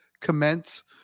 commence